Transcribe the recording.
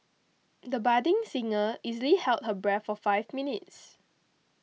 the budding singer easily held her breath for five minutes